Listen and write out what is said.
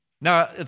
Now